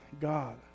God